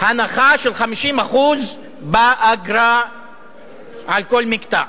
הנחה של 50% באגרה על כל מקטע,